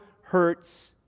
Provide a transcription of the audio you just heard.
hurts